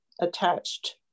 attached